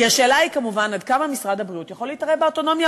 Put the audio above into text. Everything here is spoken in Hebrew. כי השאלה היא כמובן עד כמה משרד הבריאות יכול להתערב באוטונומיה